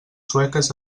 sueques